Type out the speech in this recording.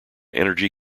energy